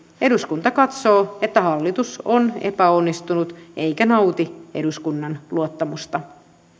eduskunta katsoo että hallitus on epäonnistunut eikä nauti eduskunnan luottamusta